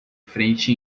frente